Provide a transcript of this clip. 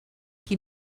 qui